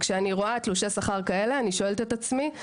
כשאני רואה תלושי שכר כאלה, אני שואלת את עצמי,